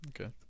Okay